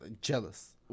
jealous